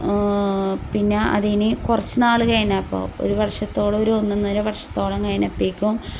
പിന്നെ അതിനി കുറച്ചുനാൾ കഴിഞ്ഞപ്പോൾ ഒരു വർഷത്തോളം ഒരു ഒന്നൊന്നര വർഷത്തോളം കഴിഞ്ഞപ്പോഴേക്കും